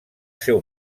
seu